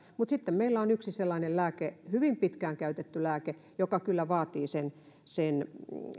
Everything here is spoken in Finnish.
mutta sitten meillä on yksi sellainen lääke hyvin pitkään käytetty lääke joka kyllä vaatii sen sen